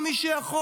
כל מי שיכול,